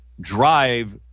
drive